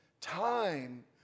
time